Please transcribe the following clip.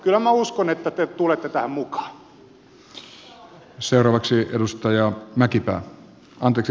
kyllä minä uskon että te tulette tähän mukaan